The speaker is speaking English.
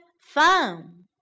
fun